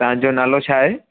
तव्हांजो नालो छा आहे